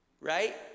right